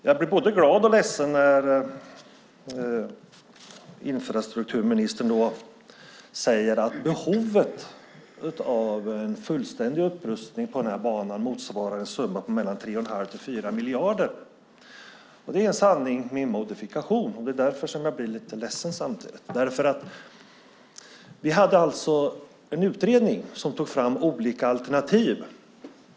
Jag blir både glad och ledsen när infrastrukturministern säger att behovet av en fullständig upprustning av den här banan motsvarar en summa på mellan 3 1⁄2 och 4 miljarder. Det är en sanning med modifikation. Det är därför som jag samtidigt blir lite ledsen. Vi hade en utredning som tog fram olika alternativ.